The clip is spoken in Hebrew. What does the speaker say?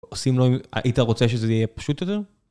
עושים לו, היית רוצה שזה יהיה פשוט יותר?